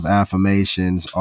affirmations